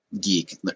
geek